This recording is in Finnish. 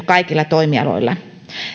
kaikilla toimialoilla